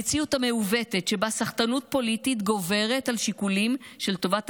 המציאות המעוותת שבה סחטנות פוליטית גוברת על שיקולים של טובת